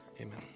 amen